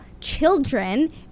children